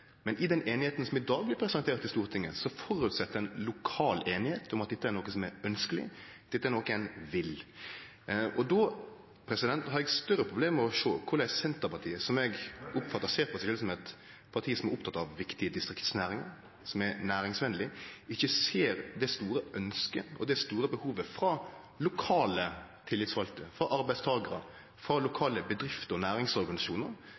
Men i den einigheita som i dag blir presentert for Stortinget, føreset ein lokal einigheit om at dette er noko som er ønskjeleg, dette er noko ein vil. Då har eg større problem med å sjå kvifor Senterpartiet, som eg ser på som eit parti som er oppteke av viktige distriktsnæringar, som er næringsvenleg, ikkje ser det store ønsket og det store behovet frå lokale tillitsvalde og frå arbeidstakarar, frå lokale bedrifter og